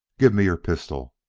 give me your pistol!